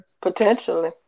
Potentially